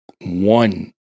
one